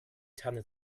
tanne